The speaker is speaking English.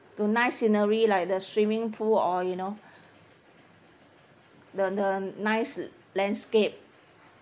to nice scenery like the swimming pool or you know the the nice landscape